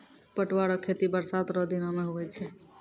पटुआ रो खेती बरसात रो दिनो मे हुवै छै